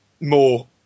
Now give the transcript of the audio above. more